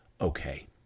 Okay